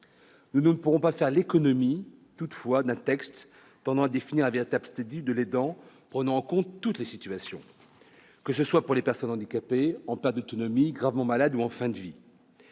nous ne pourrons pas faire l'économie d'un texte tendant à définir un véritable statut de l'aidant et prenant en compte toutes les situations, qu'il s'agisse des personnes handicapées, en perte d'autonomie, gravement malades ou en fin de vie.